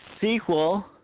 sequel